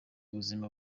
ubuzima